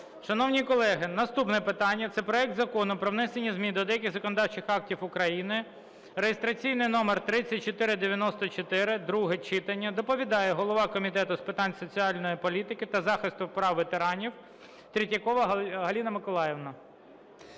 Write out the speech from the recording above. Шановні колеги, наступне питання – це проект Закону про внесення змін до деяких законодавчих актів України (реєстраційний номер 2494) (друге читання). Доповідає голова Комітету з питань соціальної політики та захисту прав ветеранів Третьякова Галина Миколаївна.